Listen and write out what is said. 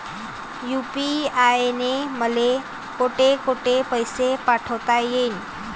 UPI न मले कोठ कोठ पैसे पाठवता येईन?